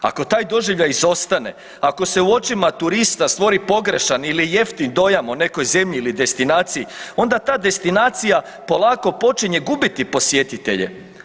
Ako taj doživljaj izostane, ako se u očima turista stvori pogrešan ili jeftin dojam o nekoj zemlji ili destinaciji, onda ta destinacija polako počinje gubiti posjetitelje.